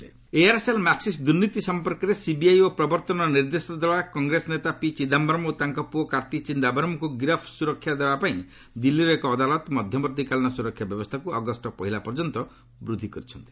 court Chidambaram Aircel Maxis ଦୁର୍ନୀତି ସମ୍ପର୍କରେ CBI ଓ ପ୍ରବର୍ତ୍ତନ ନିର୍ଦ୍ଦେଶାଳୟଦ୍ୱାରା କଂଗ୍ରେସ ନେତା ପି ଚିଦାୟରମ୍ ଓ ତାଙ୍କ ପ୍ରଅ କାର୍ଭି ଚିଦାୟରମ୍ଙ୍କୁ ଗିରଫରୁ ସୁରକ୍ଷା ଦେବାପାଇଁ ଦିଲ୍ଲୀର ଏକ ଅଦାଲତ ମଧ୍ୟବର୍ତ୍ତୀକାଳୀନ ସୁରକ୍ଷା ବ୍ୟବସ୍ଥାକୁ ଅଗଷ୍ଟ ପହିଲା ପର୍ଯ୍ୟନ୍ତ ବୃଦ୍ଧି କରିଛନ୍ତି